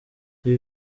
ibi